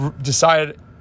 decided